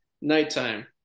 Nighttime